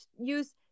use